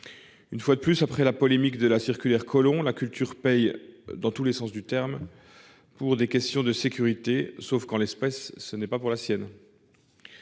Une fois de plus après la polémique de la circulaire Collomb, la culture paye dans tous les sens du terme pour des questions de sécurité, sauf qu'en l'espèce ce n'est pas pour la sienne